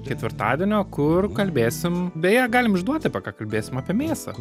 ketvirtadienio kur kalbėsim beje galim išduoti apie ką kalbėsim apie mėsą